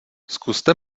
zkuste